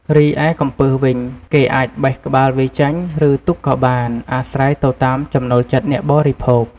រីឯកំពឹសវិញ គេអាចបេះក្បាលវាចេញ ឬទុកក៏បាន អាស្រ័យទៅតាមចំណូលចិត្តអ្នកបរិភោគ។